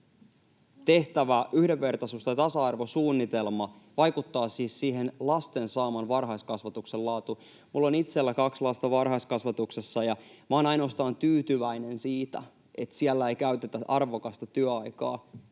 tehtävä yhdenvertaisuus- tai tasa-arvosuunnitelma vaikuttaa siihen lasten saamaan varhaiskasvatuksen laatuun. Minulla on itselläni kaksi lasta varhaiskasvatuksessa, ja olen ainoastaan tyytyväinen siitä, että siellä ei käytetä arvokasta työaikaa